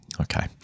Okay